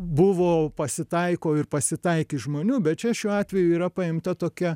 buvo pasitaiko ir pasitaikys žmonių bet čia šiuo atveju yra paimta tokia